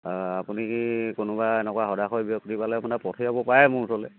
আপুনি কোনোবা এনেকুৱা সদাশয় ব্যক্তি পালে মানে পঠিয়াব পাৰে মোৰ ওচৰলৈ